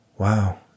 Wow